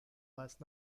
last